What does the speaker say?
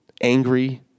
angry